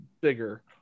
bigger